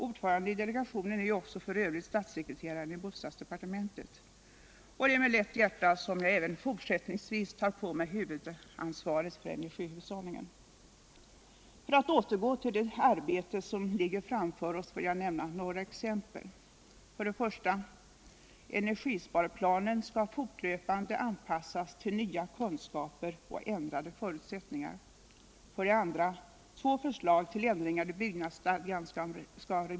Ordförande i delegationen är ju .” också statssekreteraren i bostadsdepartementet. Det är med lätt hjärta som Jag iven fortsättningsvis tar på mig huvudansvaret för energihushåll ningen.